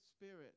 Spirit